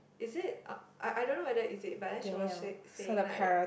is it I I I don't know whether is it but then she was s~ saying like